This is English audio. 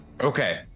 Okay